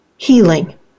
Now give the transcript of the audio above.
Healing